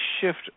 shift